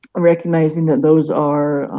recognizing that those are